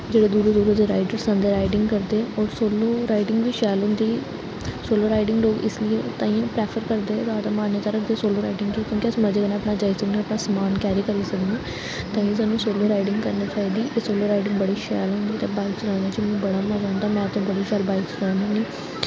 जेह्ड़े दूरै दूरै दे राइडर्स औंदे राइडिंग करदे और सोलो राइडिंग बी शैल होंदी सोलो राइडिंग लोक इसलिए तां गै प्रैफर करदे जैदा मानता रक्खदे सोलो राइडिंग कि क्यूंकि अस मजे कन्नै अपना जाई सकने अपना समान कैरी करी सकने तां गै साह्नू सोलो राइडिंग करने चाहिदी एह् सोलो राइडिंग बड़ी शैल होंदी ते बाइक चलाने च मी बड़ा मजा औंदा मैं ते बड़ी शैल बाइक चलानी होन्नी